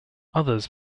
others